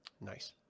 Nice